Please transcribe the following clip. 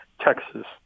Texas